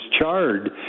charred